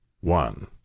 one